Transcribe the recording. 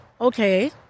okay